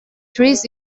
trees